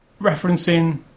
referencing